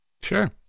sure